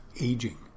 aging